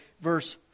verse